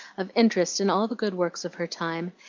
of interest in all the good works of her time,